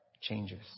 changes